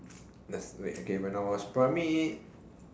let's wait okay when I was primary